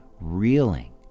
reeling